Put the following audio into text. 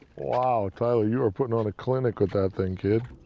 wow. tyler, you are putting on a clinic with that thing, kid.